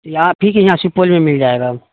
یا آپ ہی کے یہاں سپول میں مل جائے گا